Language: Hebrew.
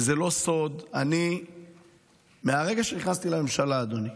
וזה לא סוד, מהרגע שנכנסתי לממשלה, אדוני,